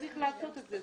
צריך לעשות את זה,